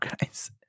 guys